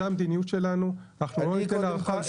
זו המדיניות שלנו ואנחנו לא ניתן הארכה,